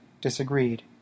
disagreed